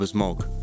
Smoke